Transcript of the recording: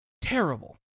terrible